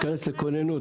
תכנס לכוננות,